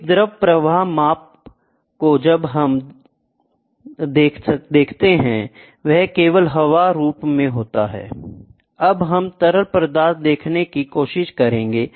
एक द्रव प्रवाह माप जो अब तक हमने देखा था वह केवल हवा रूप में था अब हम तरल पदार्थ देखने की कोशिश करेंगे